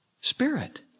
Spirit